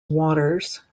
waters